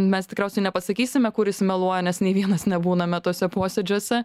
mes tikriausiai nepasakysime kuris meluoja nes nei vienas nebūname tuose posėdžiuose